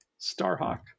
Starhawk